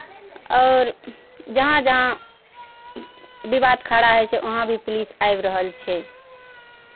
आओर जहाँ जहाँ विवाद खड़ा होइ छै वहाँ भी पुलिस आबि रहल छै